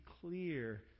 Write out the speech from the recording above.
clear